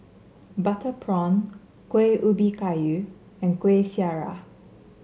Butter Prawn Kueh Ubi Kayu and Kuih Syara